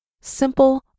simple